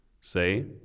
Say